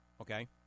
Okay